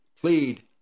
plead